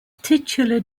titular